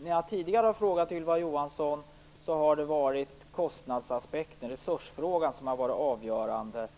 När jag tidigare har frågat Ylva Johansson har kostnadsaspekten, resursfrågan, varit avgörande